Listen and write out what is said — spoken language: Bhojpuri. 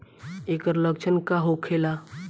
ऐकर लक्षण का होखेला?